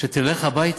תלך הביתה,